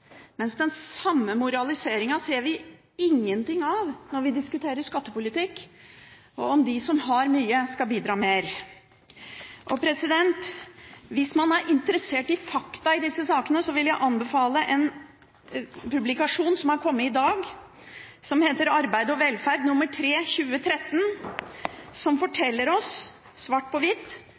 den samme moraliseringen ser vi ingenting av når vi diskuterer skattepolitikk og om de som har mye, skal bidra mer. Hvis man er interessert i fakta i disse sakene, vil jeg anbefale en publikasjon som har kommet i dag, som heter Arbeid og velferd nr. 3-2013, som forteller oss svart på hvitt